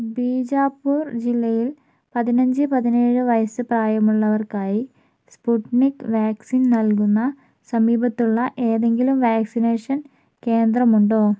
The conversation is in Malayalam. ബീജാപൂർ ജില്ലയിൽ പതിനഞ്ച് പതിനേഴ് വയസ്സ് പ്രായമുള്ളവർക്കായി സ്പുട്നിക് വാക്സിൻ നൽകുന്ന സമീപത്തുള്ള ഏതെങ്കിലും വാക്സിനേഷൻ കേന്ദ്രമുണ്ടോ